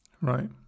right